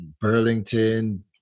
Burlington